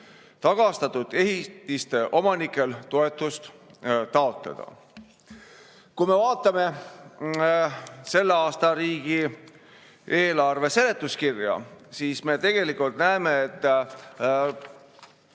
tagastatud ehitiste omanikel toetust taotleda. Kui me vaatame selle aasta riigieelarve seletuskirja, siis me tegelikult näeme, et